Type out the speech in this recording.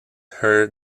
her